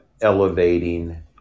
elevating